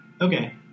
Okay